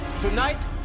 Tonight